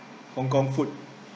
hong kong food